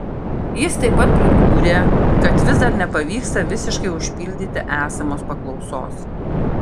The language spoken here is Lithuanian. jis taip pat pridūrė kad vis dar nepavyksta visiškai užpildyti esamos paklausos